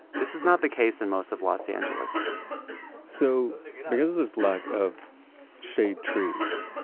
this is not the case in most of los angeles so because of this lack of shade trees,